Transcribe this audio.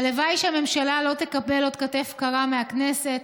הלוואי שהממשלה לא תקבל עוד כתף קרה מהכנסת.